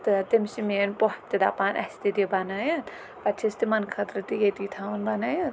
تہٕ تٔمِس چھِ میٲنۍ پۄپھ تہِ دَپان اَسہِ تہِ دٕ بَنٲوِتھ پَتہٕ چھِ أسۍ تِمن خٲطرٕ تہِ ییتی تھاوان بنٲوِتھ